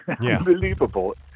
unbelievable